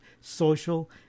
social